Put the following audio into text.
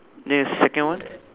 then second one